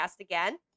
again